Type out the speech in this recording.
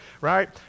right